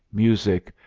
music,